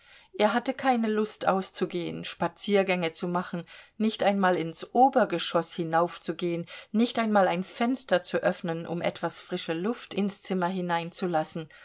er hatte keine lust auszugehen spaziergänge zu machen nicht einmal ins obergeschoß hinaufzugehen nicht einmal ein fenster zu öffnen um etwas frische luft ins zimmer hineinzulassen